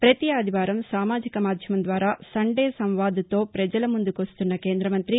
ప్రతి ఆదివారం సామాజిక మాధ్యమం ద్వారా సండే సంవాద్తో ప్రజల ముందుకొస్తున్న కేంద్ర మంతి